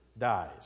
Dies